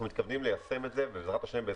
אנחנו מתכוונים ליישם את זה ב- -- אנחנו